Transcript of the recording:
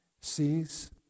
sees